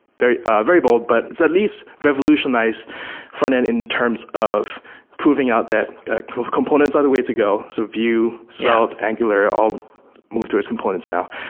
very ah very bold, but it's at least revolutionized frontend in terms of proving out that kind of components are the way to go. so vue, so angular all move to its components now.